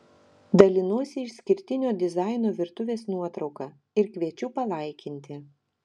dalinuosi išskirtinio dizaino virtuvės nuotrauka ir kviečiu palaikinti